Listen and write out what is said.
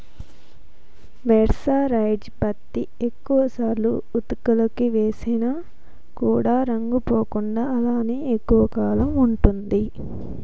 mercerised పత్తి ఎక్కువ సార్లు ఉతుకులకి వేసిన కూడా రంగు పోకుండా అలానే ఎక్కువ కాలం ఉంటుంది